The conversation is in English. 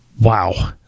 wow